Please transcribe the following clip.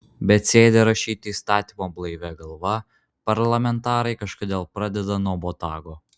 bet sėdę rašyti įstatymo blaivia galva parlamentarai kažkodėl pradeda nuo botago